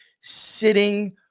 sitting